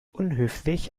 unhöflich